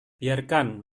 biarkan